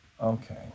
Okay